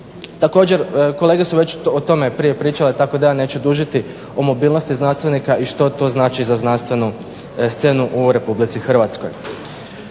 Također kolege su o tome već prije pričale tako da ja neću dužnosti o mobilnosti znanstvenika i što to znači za znanstvenu scenu u RH. Što